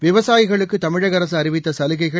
விவசாயிகளுக்குதமிழகஅரசுஅறிவித்தசலுகைகள்